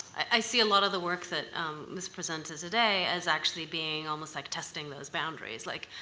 i see a lot of the work that was presented today as actually being almost like testing those boundaries, like,